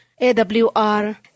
AWR